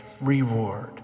reward